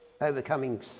overcoming